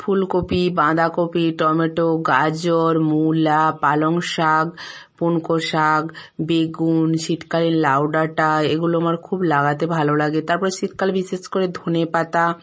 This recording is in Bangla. ফুলকপি বাঁদাকপি টমেটো গাজর মূলা পালং শাক পুনকো শাক বেগুন শীতকালীন লাউ ডাঁটা এগুলো আমার খুব লাগাতে ভালো লাগে তারপরে শীতকালে বিশেষ করে ধনেপাতা